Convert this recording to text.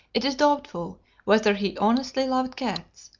it is doubtful whether he honestly loved cats.